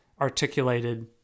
articulated